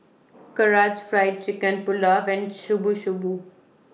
Karaage Fried Chicken Pulao and Shubu Shubu